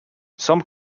some